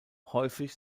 häufig